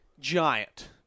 giant